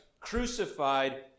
crucified